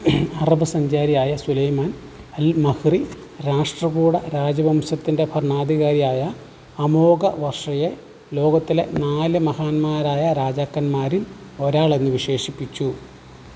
Arab സഞ്ചാരിയായ Sulaiman al Mahri Rashtrakuta രാജവംശത്തിൻ്റെ ഭരണാധികാരിയായ അമോഘ വർഷയെ ലോകത്തിലെ നാല് മഹാന്മാരായ രാജാക്കന്മാരിൽ ഒരാൾ എന്ന് വിശേഷിപ്പിച്ചു